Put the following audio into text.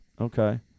Okay